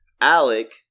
Alec